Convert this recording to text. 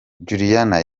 juliana